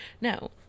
No